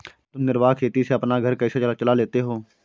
तुम निर्वाह खेती से अपना घर कैसे चला लेते हो?